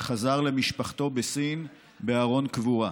שחזר למשפחתו בסין בארון קבורה.